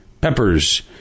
peppers